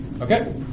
Okay